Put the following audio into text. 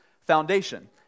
Foundation